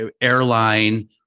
airline